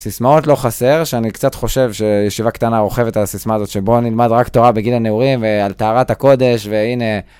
סיסמאות לא חסר, שאני קצת חושב שישיבה קטנה רוכבת על הסיסמה הזאת, שבוא נלמד רק תורה בגיל הנעורים, ועל טהרת הקודש, והנה...